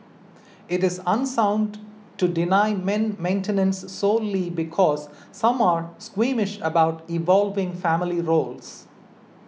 it is unsound to deny men maintenance solely because some are squeamish about evolving family roles